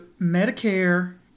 medicare